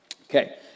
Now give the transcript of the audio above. Okay